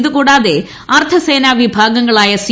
ഇതുകൂടാതെ അർദ്ധസേന വിഭാഗങ്ങളായ സി